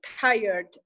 tired